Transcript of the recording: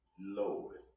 Lord